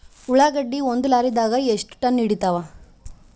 ಉಳ್ಳಾಗಡ್ಡಿ ಒಂದ ಲಾರಿದಾಗ ಎಷ್ಟ ಟನ್ ಹಿಡಿತ್ತಾವ?